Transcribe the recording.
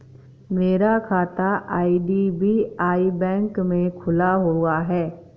मेरा खाता IDBI bank में खुला हुआ है